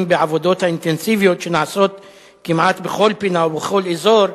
בעבודות האינטנסיביות שנעשות כמעט בכל פינה ובכל אזור,